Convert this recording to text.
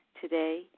Today